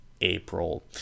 April